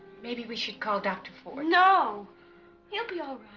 maybe we should call dr. ford no he'll be all